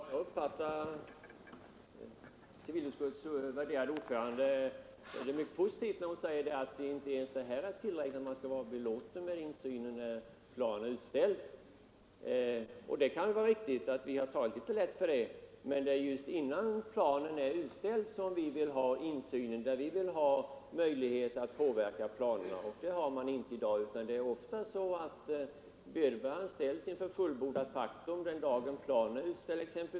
Fru talman! Jag uppfattar det som mycket positivt när civilutskottets värderade ordförande säger att det inte är tillräckligt med att en plan är utställd för att man skall vara belåten med insynen. Det kan vara riktigt att vi har tagit litet lätt på den saken, men det är just innan planen är utställd som vi vill ha insyn och möjlighet att påverka den. Den möjligheten har man inte i dag, utan ofta står vederbörande inför fullbordat faktum den dag då planen är utställd.